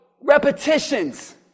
repetitions